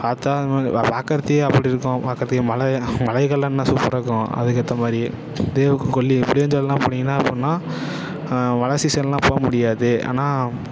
பார்த்தா பார்க்குறதுக்கே அப்படி இருக்கும் பார்க்குறதுக்கே மலை மலைகளெலாம் இன்னும் சூப்பராக இருக்கும் அதுக்கேற்றமாரி இதே கொல்லி பிரியஞ்சாவடிலாம் போனீங்கன்னால் அப்புடின்னா மழை சீசனெலாம் போக முடியாது ஆனால்